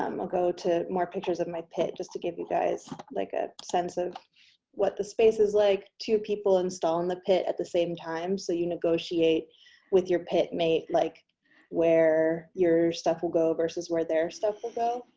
um i'll go to more pictures of my pit just to give you guys like a sense of what the space is like, two people installing the pit at the same time. so you negotiate with your pit mate, like where your stuff will go versus where their stuff will go.